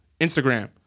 Instagram